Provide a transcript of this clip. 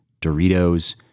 doritos